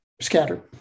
scattered